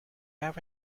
have